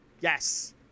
Yes